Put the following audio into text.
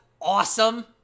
awesome